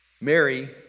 Mary